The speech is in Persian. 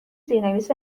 زیرنویس